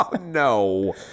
No